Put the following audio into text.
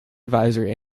advisory